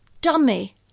dummy